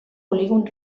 polígon